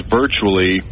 virtually